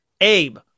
Abe